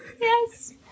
Yes